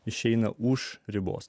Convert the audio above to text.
išeina už ribos